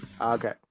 Okay